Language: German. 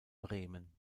bremen